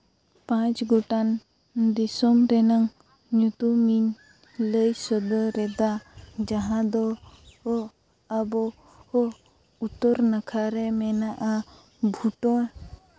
ᱯᱟᱸᱪ ᱜᱚᱴᱟᱱ ᱫᱤᱥᱚᱢ ᱨᱮᱱᱟᱝ ᱧᱩᱛᱩᱢ ᱤᱧ ᱞᱟᱹᱭ ᱥᱚᱫᱚᱨᱮᱫᱟ ᱡᱟᱦᱟᱸ ᱫᱚ ᱟᱵᱚ ᱠᱚ ᱩᱛᱛᱚᱨ ᱱᱟᱠᱷᱟ ᱨᱮ ᱢᱮᱱᱟᱜᱼᱟ ᱵᱷᱩᱴᱟᱹᱱ